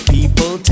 People